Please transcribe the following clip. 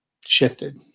shifted